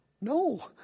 no